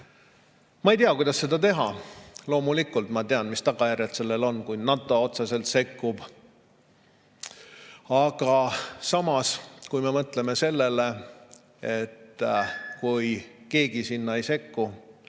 Ma ei tea, kuidas seda teha. Loomulikult ma tean, mis tagajärjed sellel on, kui NATO otseselt sekkub. Aga samas, kui me mõtleme sellele, et kui keegi ei sekku,